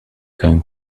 going